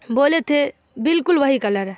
بولے تھے بالکل وہی کلر ہے